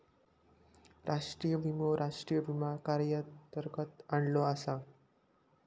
राष्ट्रीय विमो राष्ट्रीय विमा कायद्यांतर्गत आणलो आसा